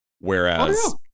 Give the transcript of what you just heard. whereas